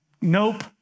nope